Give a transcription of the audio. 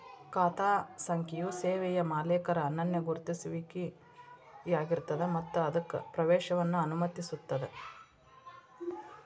ಖಾತಾ ಸಂಖ್ಯೆಯು ಸೇವೆಯ ಮಾಲೇಕರ ಅನನ್ಯ ಗುರುತಿಸುವಿಕೆಯಾಗಿರ್ತದ ಮತ್ತ ಅದಕ್ಕ ಪ್ರವೇಶವನ್ನ ಅನುಮತಿಸುತ್ತದ